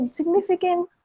significant